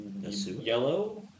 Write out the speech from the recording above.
yellow